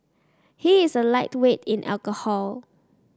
he is a lightweight in alcohol